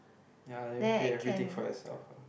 ya then pay everything for yourself ah